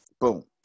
Boom